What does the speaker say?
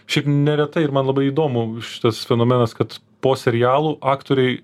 šiaip neretai ir man labai įdomu šitas fenomenas kad po serialų aktoriai